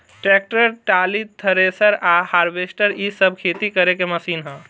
tractor, trolley, thresher आ harvester इ सब खेती करे के मशीन ह